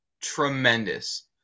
Tremendous